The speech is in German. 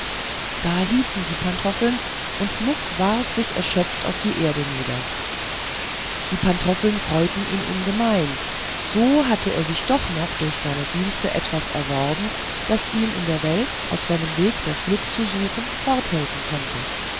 da hielten die pantoffeln und muck warf sich erschöpft auf die erde nieder die pantoffeln freuten ihn ungemein so hatte er sich denn doch durch seine dienste etwas erworben das ihm in der welt auf seinem weg das glück zu suchen forthelfen konnte